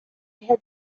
had